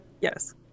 yes